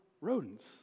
rodents